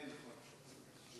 כן, אדוני.